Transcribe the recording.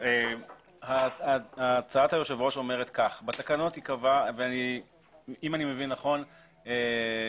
הצעת היושב ראש אומרת ואם אי מבין נכון,